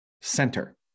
Center